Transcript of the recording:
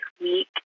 week